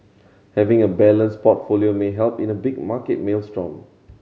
having a balanced portfolio may help in a big market maelstrom